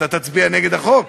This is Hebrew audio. אתה תצביע נגד החוק?